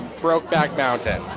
brokeback mountain.